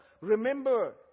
remember